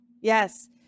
Yes